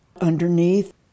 underneath